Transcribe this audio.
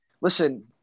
listen